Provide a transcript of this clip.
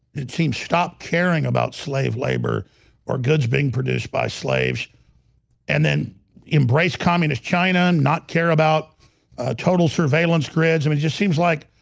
it seems stop caring about slave labor or goods being produced by slaves and then embrace communist china and not care about total surveillance grids and it just seems like